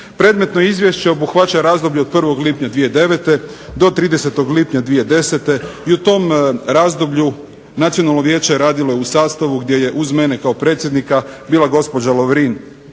Predmetno izvješće obuhvaća razdoblje od 1. lipnja 2009. do 30. lipnja 2010. i u tom razdoblju Nacionalno vijeće je radilo u sastavu gdje je uz mene kao predsjednika bila gospođa Lovrin